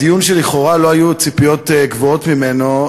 דיון שלכאורה לא היו ציפיות גבוהות ממנו,